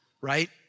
right